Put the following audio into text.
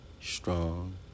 strong